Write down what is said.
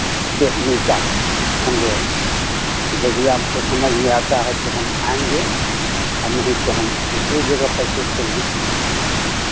ये मिलता है समझे तो यदि आपको समझ में आता है तो हम आएँगे अर नहीं तो हम दूसरे जगह परचेज़ करेंगे